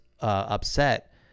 upset